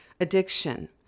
addiction